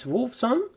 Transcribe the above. Wolfson